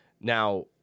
now